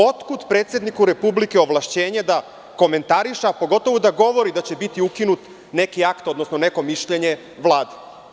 Otkud predsedniku republike ovlašćenje da komentariše, a pogotovu da govori da će biti ukinut neki akt, odnosno neko mišljenje Vlade?